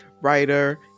writer